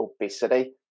obesity